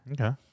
Okay